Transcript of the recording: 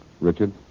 Richard